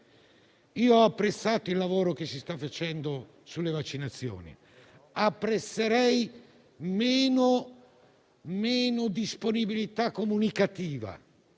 Ho apprezzato il lavoro che si sta facendo sulle vaccinazioni. Apprezzerei meno disponibilità comunicativa;